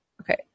Okay